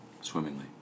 swimmingly